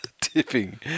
Tipping